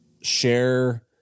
Share